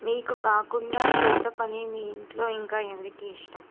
మీకు కాకుండా తోట పని మీ ఇంట్లో ఇంకా ఎవరికి ఇష్టం